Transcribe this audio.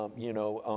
um you know,